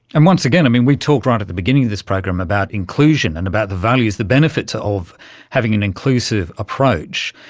and once again, we talked right at the beginning of this program about inclusion and about the values, the benefits ah of having an inclusive approach.